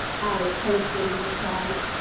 alice hastily replied,